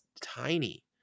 tiny